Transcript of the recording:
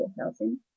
housing